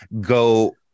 go